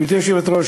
גברתי היושבת-ראש,